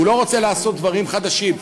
והוא לא רוצה לעשות דברים חדשים.